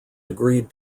agreed